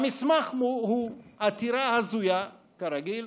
המסמך הוא עתירה הזויה, כרגיל,